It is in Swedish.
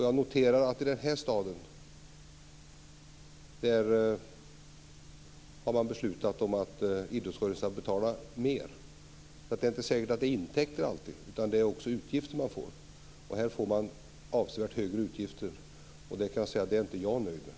Jag noterar att i den här staden har man beslutat om att idrottsrörelsen ska betala mer. Det är inte säkert att det bara handlar om intäkter, utan det är också utgifter man får. Här får man avsevärt högre utgifter. Det är inte jag nöjd med.